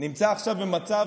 נמצא עכשיו במצב